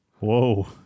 Whoa